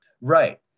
Right